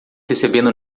recebendo